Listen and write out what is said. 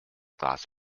glass